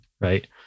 right